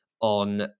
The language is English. on